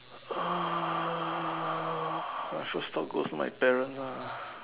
uh my first thought goes to my parents ah